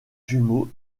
jumeau